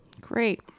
Great